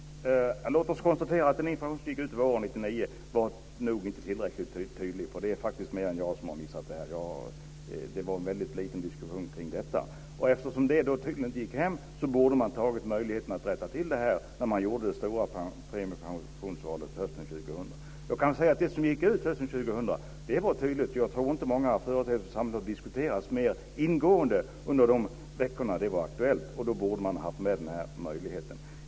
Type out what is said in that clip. Fru talman! Låt oss konstatera att den information som gick ut våren 1999 inte var tillräckligt tydlig. Det är faktiskt fler än jag som har missat detta. Det var väldigt lite diskussion kring detta. Eftersom det tydligen inte gick hem borde man tagit möjligheten att rätta till det när vi gjorde det stora premiepensionsvalet hösten 2000. Det som gick ut hösten 2000 var tydligt. Jag tror inte att många företeelser i samhället diskuterades mer ingående under de veckor det var aktuellt. Då borde man haft med denna möjlighet.